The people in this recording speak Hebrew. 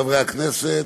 חברי הכנסת,